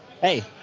hey